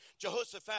Jehoshaphat